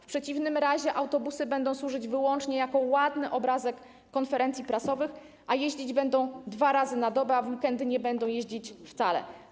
W przeciwnym razie autobusy będą służyć wyłącznie jako ładny obrazek podczas konferencji prasowych, ale jeździć będą dwa razy na dobę, a w weekendy nie będą jeździć wcale.